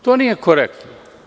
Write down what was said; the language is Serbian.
To nije korektno.